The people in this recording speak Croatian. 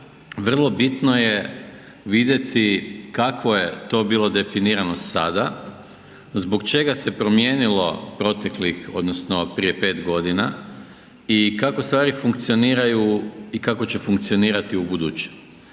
vrlo bitno je vidjeti kakvo je to bilo definirano sada, zbog čega se promijenilo proteklih, odnosno prije 5 godina i kako stvari funkcioniraju i kako će funkcionirati ubuduće.